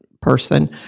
person